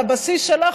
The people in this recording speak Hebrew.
על הבסיס שלה,